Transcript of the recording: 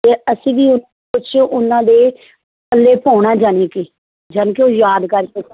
ਅਤੇ ਅਸੀਂ ਵੀ ਕੁਛ ਉਹਨਾਂ ਦੇ ਪੱਲੇ ਪਾਉਣਾ ਜਾਣੀ ਕਿ ਜਾਣੀ ਕਿ ਉਹ ਯਾਦ ਕਰ ਸਕਣ